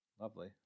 Lovely